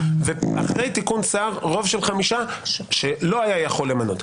ואחרי תיקון סער רוב של חמישה לא היה יכול למנות.